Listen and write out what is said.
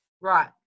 Right